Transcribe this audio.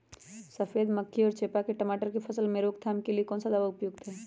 सफेद मक्खी व चेपा की टमाटर की फसल में रोकथाम के लिए कौन सा दवा उपयुक्त है?